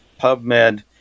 PubMed